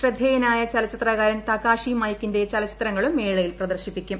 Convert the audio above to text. ശ്രദ്ധേയനായ ചലച്ചിത്രകാരൻ തകാഷി മൈക്കിന്റെ ചലച്ചിത്രങ്ങളും മേളയിൽ പ്രദർശിപ്പിക്കും